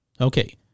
Okay